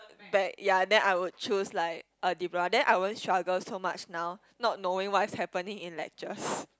back ya then I would choose like uh then I won't struggle so much now not knowing what's happening in lectures